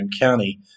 County